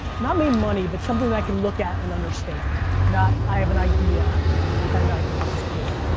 not made money, but something that i can look at and understand. not, i have an idea and i think this is cool.